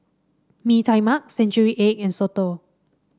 Mee Tai Mak Century Egg and soto